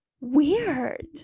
weird